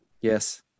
Yes